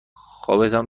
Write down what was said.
خوابتان